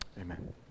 Amen